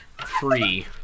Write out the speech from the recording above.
Free